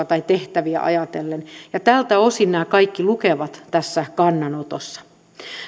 tai tehtäviä ajatellen tältä osin nämä kaikki lukevat tässä kannanotossa